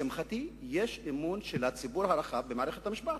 לשמחתי, יש אמון של הציבור הרחב במערכת המשפט.